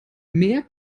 mehr